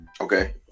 Okay